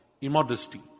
Immodesty